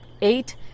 eight